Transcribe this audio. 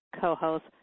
co-host